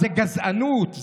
זאת גזענות.